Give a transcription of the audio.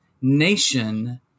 nation